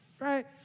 Right